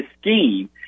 scheme